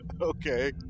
okay